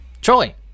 Troy